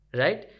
right